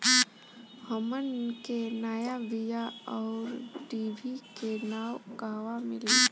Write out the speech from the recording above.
हमन के नया बीया आउरडिभी के नाव कहवा मीली?